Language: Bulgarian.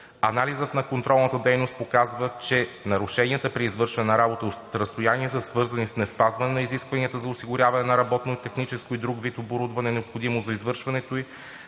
Анализът на контролната дейност показва, че нарушенията при извършване на работа от разстояние са свързани с неспазване на изискванията за осигуряване на работно, техническо и друг вид оборудване, необходимо за извършването ѝ,